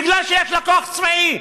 בגלל שיש לה כוח צבאי.